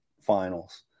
finals